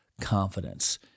confidence